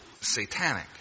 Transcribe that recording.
Satanic